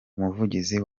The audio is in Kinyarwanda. umuvugizi